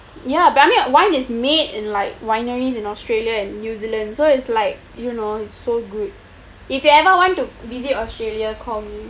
ya but I mean wine is made in like wineries in australia and New Zealand so is like you know it's so good if you ever want to visit australia call me